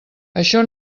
això